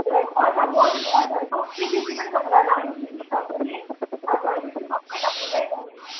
like अचार बटलको अचारहरू सबै त्यसै पनि तपाईँलाई लानु सुबिस्ता हुन्छ नि काठमाडौँ त्यो सबै तपाईँले त्यहीँ पाउनुहुन्छ